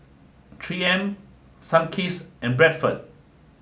three M Sunkist and Bradford